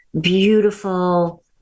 beautiful